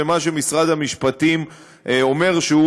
ומה שמשרד המשפטים אומר,